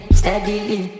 steadily